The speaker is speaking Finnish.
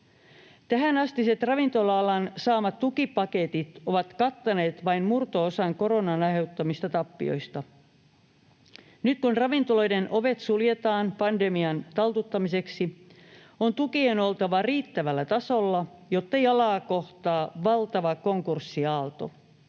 Tähänastiset ravintola-alan saamat tukipaketit ovat kattaneet vain murto-osan koronan aiheuttamista tappioista. Nyt kun ravintoloiden ovet suljetaan pandemian taltuttamiseksi, on tukien oltava riittävällä tasolla, jottei alaa kohtaa valtava konkurssiaalto.